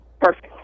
Perfect